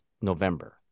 November